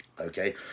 okay